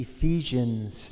Ephesians